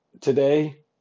today